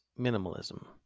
minimalism